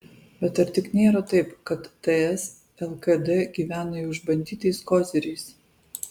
bet ar tik nėra taip kad ts lkd gyvena jau išbandytais koziriais